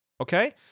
Okay